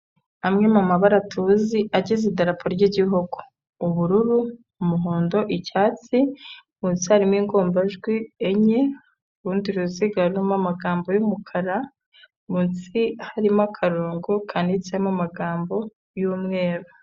Amwe mu mabara tuzi agize Idarapa ry'Igihugu: ubururu, umuhondo, icyatsi, munsi harimo ingombajwi enye, urundi ruziga rurimo amagambo y'umukara, munsi harimo akarongo kanditsemo amagambo y'umweru.